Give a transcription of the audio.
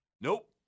Nope